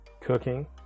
cooking